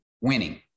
winning